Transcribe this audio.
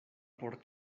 por